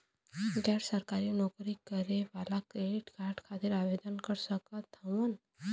गैर सरकारी नौकरी करें वाला क्रेडिट कार्ड खातिर आवेदन कर सकत हवन?